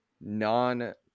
non